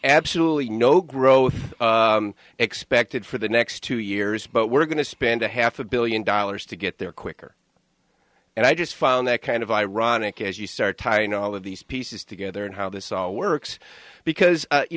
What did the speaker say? absolutely no growth expected for the next two years but we're going to spend a half a billion dollars to get there quicker and i just found that kind of ironic as you start tying all of these pieces together and how this all works because